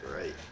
right